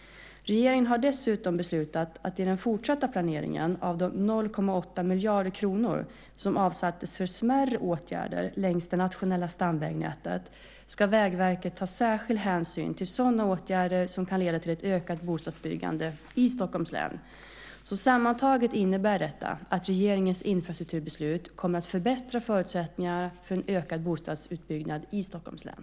Regeringen har dessutom beslutat att i den fortsatta planeringen av de 0,8 miljarder kronor som avsatts till smärre åtgärder längs det nationella stamvägnätet ska Vägverket ta särskild hänsyn till sådana åtgärder som kan leda till ett ökat bostadsbyggande i Stockholms län. Sammantaget innebär detta att regeringens infrastrukturbeslut kommer att förbättra förutsättningarna för en ökad bostadsutbyggnad i Stockholms län.